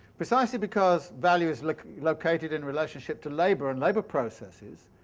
precisely because value is like located in relationship to labour and labour processes,